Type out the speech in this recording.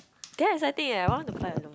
damn exciting eh I want to fly alone